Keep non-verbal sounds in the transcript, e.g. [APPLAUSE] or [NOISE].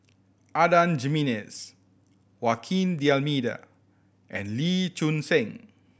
Adan Jimenez [UNINTELLIGIBLE] D'Almeida and Lee Choon Seng